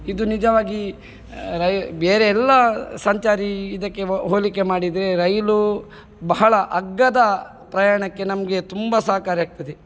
ಇದು ನಿಜವಾಗಿ ರೈ ಬೇರೆ ಎಲ್ಲ ಸಂಚಾರಿ ಇದಕ್ಕೆ ಹೋಲಿಕೆ ಮಾಡಿದರೆ ರೈಲು ಬಹಳ ಅಗ್ಗದ ಪ್ರಯಾಣಕ್ಕೆ ನಮಗೆ ತುಂಬ ಸಹಕಾರಿಯಾಗ್ತದೆ